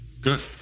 Good